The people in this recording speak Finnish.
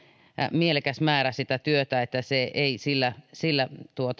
mielekäs määrä sitä työtä että se ei sillä sillä